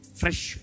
fresh